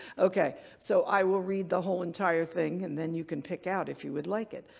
okay. so i will read the whole entire thing and then you can pick out, if you would like it.